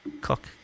Cook